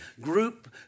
group